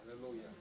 Hallelujah